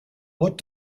what